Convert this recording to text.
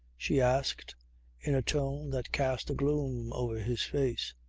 she asked in a tone that cast a gloom over his face.